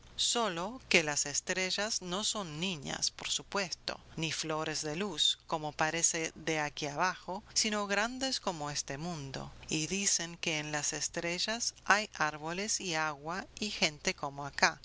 sólo que las estrellas no son niñas por supuesto ni flores de luz como parece de aquí abajo sino grandes como este mundo y dicen que en las estrellas hay árboles y agua y gente como acá